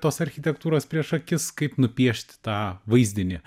tos architektūros prieš akis kaip nupiešt tą vaizdinį